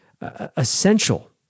essential